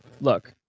look